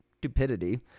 stupidity